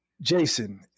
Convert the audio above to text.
Jason